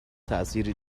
تاثیری